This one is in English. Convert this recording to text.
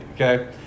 okay